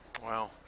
Wow